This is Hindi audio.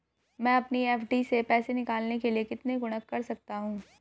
मैं अपनी एफ.डी से पैसे निकालने के लिए कितने गुणक कर सकता हूँ?